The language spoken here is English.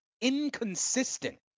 inconsistent